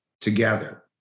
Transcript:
together